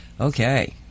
okay